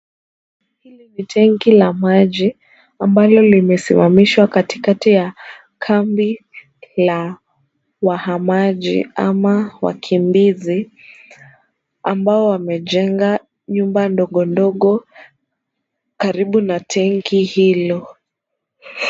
Ni tanki la maji ambalo limesimamishwa katikati ya kambi la wahamaji ama wakimbizi ambao wamejenga nyumba ndogo ndogo karibu na tanki hilo.